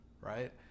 Right